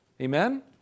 Amen